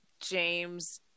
James